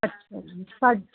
ਅੱਛਿਆ ਜੀ ਸਾ